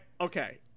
okay